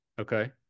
okay